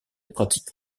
pratique